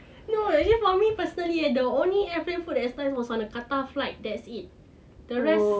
no for me personally I the only airplane food that is nice is like the qatar flight that's it the rest